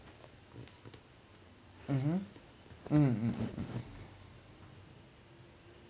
mmhmm mm